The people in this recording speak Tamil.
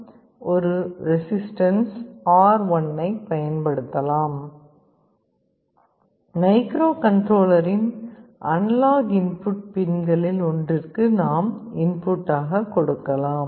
ஒரு ரெசிஸ்டன்ஸ் R1 ஐப் பயன்படுத்தலாம் மைக்ரோகண்ட்ரோலரின் அனலாக் இன்புட் பின்களில் ஒன்றிற்கு நாம் இன்புட் ஆக கொடுக்கலாம்